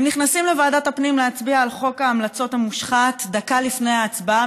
הם נכנסים לוועדת הפנים להצביע על חוק ההמלצות המושחת דקה לפני ההצבעה,